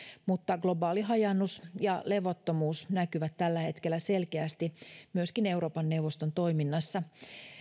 mutta globaali hajaannus ja levottomuus näkyvät tällä hetkellä selkeästi myöskin euroopan neuvoston toiminnassa